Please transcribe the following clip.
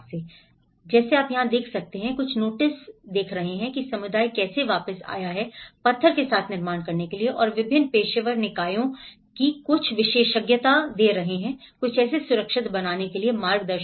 लेकिन यहां आप कुछ नोटिस देख सकते हैं कि समुदाय कैसे वापस आया है पत्थर के साथ निर्माण करने के लिए और विभिन्न पेशेवर निकायों कुछ विशेषज्ञता दे रहे हैं कुछ इसे सुरक्षित बनाने के लिए मार्गदर्शन